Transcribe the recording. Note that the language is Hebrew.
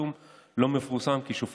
עוקף למדרגות לכיוון